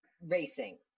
racing